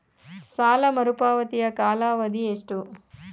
ಸಾಲ ಮರುಪಾವತಿಯ ಕಾಲಾವಧಿ ಎಷ್ಟು?